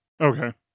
Okay